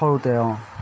সৰুতে অঁ